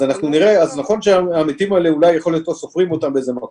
אז נכון שהמתים האלה אולי לא סופרים אותם באיזה מקום,